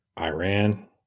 Iran